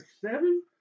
Seven